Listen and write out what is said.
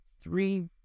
three